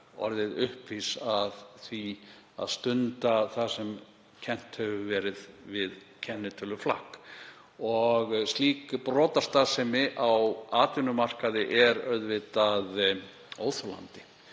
orðið uppvís að því að stunda það sem kennt hefur verið við kennitöluflakk og slík brotastarfsemi á atvinnumarkaði, sem er auðvitað óþolandi